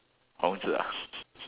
Hong-Zi ah